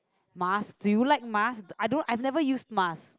mask do you like mask I don't I've never used mask